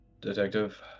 detective